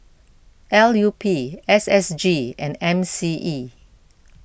L U P S S G and M C E